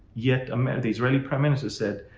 yet um and the israeli prime minister said,